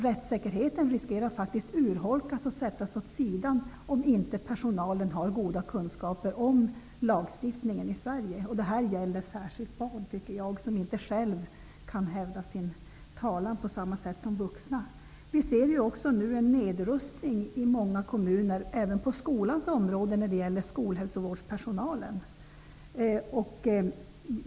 Rättssäkerheten riskerar faktiskt att urholkas och att bli satt åt sidan om inte personalen har goda kunskaper om den svenska lagstiftningen. Jag tycker att detta gäller särskilt beträffande barn, som inte själva kan föra sin talan på samma sätt som vuxna. Vi ser nu en nedrustning i många kommuner även på skolans område, när det gäller skolhälsovårdspersonalen.